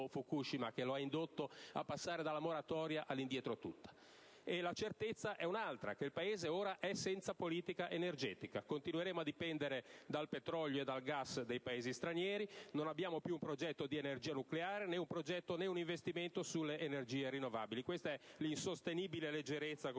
che lo ha indotto a passare dalla moratoria all'«indietro tutta»? La certezza è un'altra: ora il Paese è senza politica energetica. Continueremo a dipendere dal petrolio e dal gas dei Paesi stranieri; non abbiamo più un progetto di energia nucleare, né un progetto né un investimento sulle energie rinnovabili. Questa è l'insostenibile leggerezza con